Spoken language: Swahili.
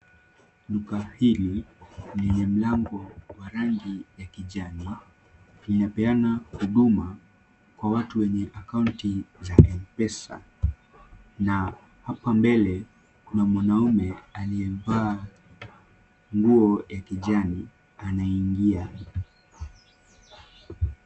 Duka hili lenye mlango wa rangi ya kijani, inapeana huduma kwenye watu wenye akaunti za M-Pesa na hapa mbele, kuna mwanaume aliyevaa nguo ya kijani anaingia.